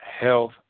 health